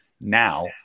Now